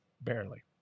Barely